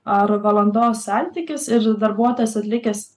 ar valandos santykis ir darbuotojas atlikęs